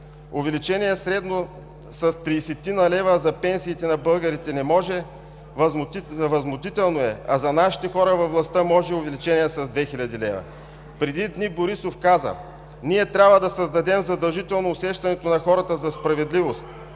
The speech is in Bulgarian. Увеличение средно с тридесетина лева за пенсиите на българите не може, възмутително е, а за нашите хора във властта може увеличение с 2000 лв. Преди дни Борисов каза: „Ние трябва да създадем задължително усещането на хората за справедливост.